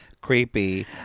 creepy